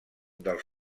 dels